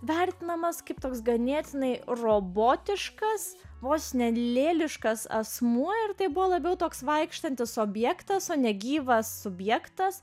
vertinamas kaip toks ganėtinai robotiškas vos ne lėliškas asmuo ir tai buvo labiau toks vaikštantis objektas o negyvas subjektas